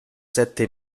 sette